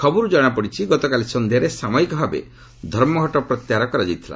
ଖବରରୁ ଜଣାପଡ଼ିଛି ଗତକାଲି ସନ୍ଧ୍ୟାରେ ସାମୟିକ ଭାବେ ଧର୍ମଘଟ ପ୍ରତ୍ୟାହାର କରାଯାଇଥିଲା